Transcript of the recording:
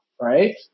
right